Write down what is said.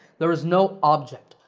there is no object.